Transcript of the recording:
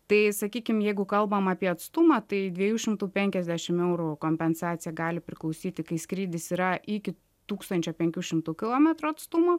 tai sakykim jeigu kalbam apie atstumą tai dviejų šimtų penkiasdešim eurų kompensacija gali priklausyti kai skrydis yra iki tūkstančio penkių šimtų kilometrų atstumo